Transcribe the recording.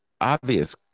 obvious